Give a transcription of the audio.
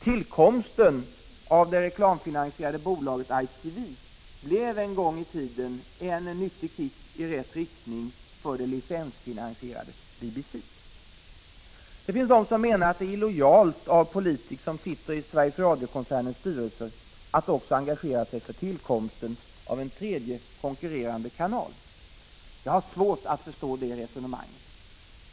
Tillkomsten av det reklamfinansierade bolaget ITV blev en 12 december 1985 gång i tiden en nyttig kick i rätt riktning för det licensfinansierade BBC. ära Sar EE a dög Det finns de som menar att det är illojalt av politiker som sitter i Sveriges Radio-koncernens styrelse att också engagera sig för tillkomsten av en tredje konkurrerande kanal. Jag har svårt att förstå det resonemanget.